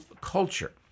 culture